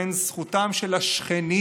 לבין זכותם של השכנים"